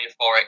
euphoric